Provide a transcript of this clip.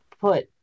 put